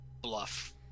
bluff